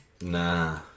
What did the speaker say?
Nah